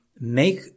make